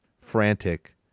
frantic